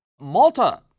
Malta